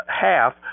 half